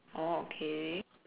oh okay